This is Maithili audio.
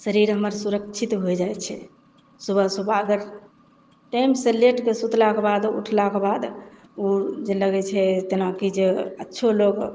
शरीर हमर सुरक्षित होइ जाइ छै सुबह सुबह अगर टाइमसँ लेटके सुतलाके बाद उठलाके बाद उ जे लगय छै तेना की जे अच्छो लोग